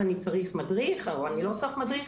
אני צריך מדריך או אני לא צריך מדריך,